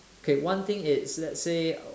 okay one thing it's let say